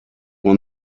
will